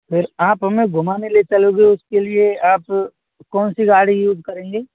फिर आप हमें घुमाने ले चलोगे उसके लिए आप कौन सी गाड़ी यूज़ करेंगे